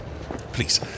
Please